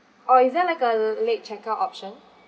or is there like a late check out option